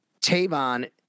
Tavon